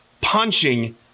punching